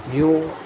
یوں